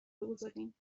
بگذاریم